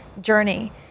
journey